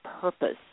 purpose